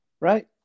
Right